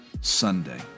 Sunday